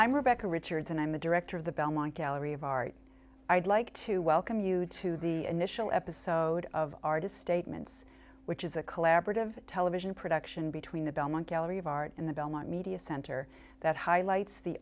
i'm rebecca richards and i'm the director of the belmont gallery of art i'd like to welcome you to the initial episode of artist statements which is a collaborative television production between the belmont gallery of art and the belmont media center that highlights the